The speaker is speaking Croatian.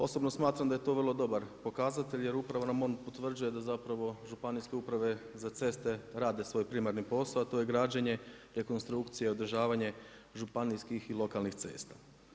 Osobno smatram da je to vrlo dobar pokazatelj, jer upravo nam on potvrđuje da upravo Županijske uprave za ceste rade svoj primarni posao a to je građenje, rekonstrukcija, održavanje županijskih i lokalnih cesta.